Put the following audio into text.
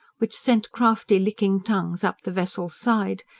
which sent crafty, licking tongues up the vessel's side,